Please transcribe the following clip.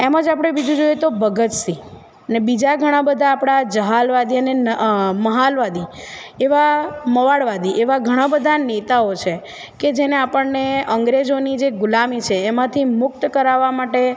એમ જ આપણે બીજું જોઈએ તો ભગતસિંહ ને બીજા ઘણાં બધાં આપણા જહાલવાદી અને મહાલવાદી એવા મવાળવાદી એવાં ઘણાં બધાં નેતાઓ છે કે જેને આપણને અંગ્રેજોની જે ગુલામી છે એમાંથી મુક્ત કરાવા માટે